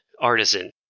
artisan